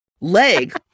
leg